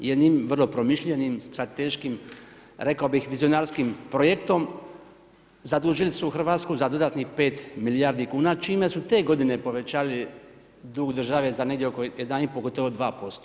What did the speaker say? Jednim vrlo promišljenim, strateškim, rekao bi vizionarskim projektom, zadužili su Hrvatsku za dodatnih 5 milijardi kuna, čime su te g. povećali dug države za negdje oko 1,5 gotovo 2%